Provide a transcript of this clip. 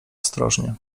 ostrożnie